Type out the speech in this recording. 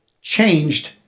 changed